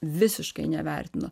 visiškai nevertino